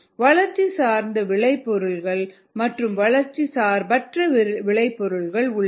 வளர்ச்சி சார்ந்த விளைபொருட்கள் மற்றும் வளர்ச்சி சார்பற்ற விளைபொருட்கள் உள்ளன